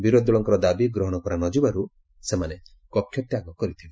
ବିରୋଧୀଦଳଙ୍କର ଦାବି ଗହଶ କରାନଯିବାର୍ ସେମାନେ କକ୍ଷ ତ୍ୟାଗ କରିଥିଲେ